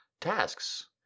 tasks